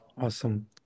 Awesome